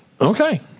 Okay